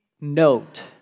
note